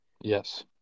Yes